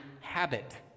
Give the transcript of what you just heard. habit